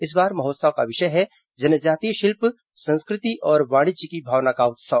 इस बार महोत्सव का विषय है जनजातीय शिल्प संस्कृति और वाणिज्य की भावना का उत्सव